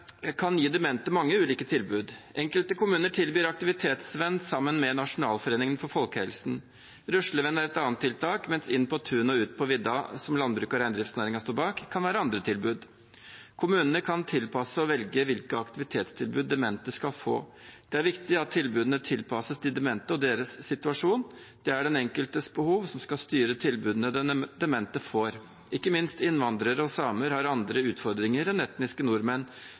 kan gi demente mange ulike tilbud. Enkelte kommuner tilbyr aktivitetsvenn sammen med Nasjonalforeningen for folkehelsen. Ruslevenn er et annet tiltak, mens Inn på tunet og Ut på vidda, som landbruksnæringen og reindriftsnæringen står bak, kan være andre tilbud. Kommunene kan tilpasse og velge hvilke aktivitetstilbud demente skal få. Det er viktig at tilbudene tilpasses de demente og deres situasjon. Det er den enkeltes behov som skal styre tilbudet den demente får. Ikke minst innvandrere og samer har andre utfordringer enn etniske nordmenn.